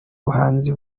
buhanzi